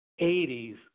80s